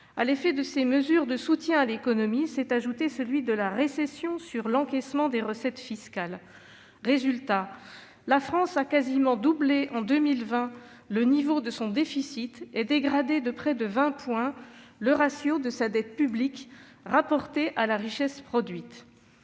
À l'effet de ces mesures de soutien à l'économie s'est ajouté celui de la récession sur l'encaissement des recettes fiscales. Résultat : la France a quasiment doublé en 2020 le niveau de son déficit et dégradé de près de vingt points le ratio de sa dette publique rapportée à la richesse produite.